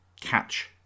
catch